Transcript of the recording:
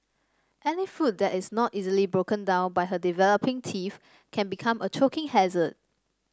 any food that is not easily broken down by her developing teeth can become a choking hazard